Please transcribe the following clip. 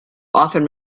often